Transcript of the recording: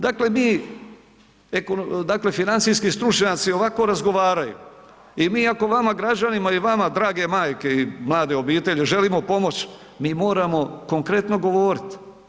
Dakle, mi, dakle financijski stručnjaci ovako razgovaraju i mi ako vama građanima i vama drage majke i mlade obitelji želimo pomoć, mi moramo konkretno govorit.